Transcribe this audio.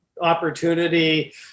opportunity